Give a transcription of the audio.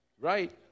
right